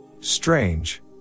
Strange